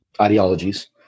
ideologies